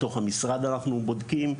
בתוך המשרד אנחנו בודקים,